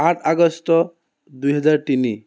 আঠ আগষ্ট দুহেজাৰ তিনি